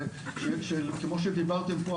כמו דיברתם פה,